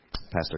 Pastor